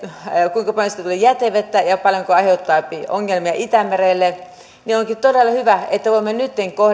kuinka paljon maaseudulta tulee jätevettä ja paljonko se aiheuttaa ongelmia itämerelle niin onkin todella hyvä että voimme nytten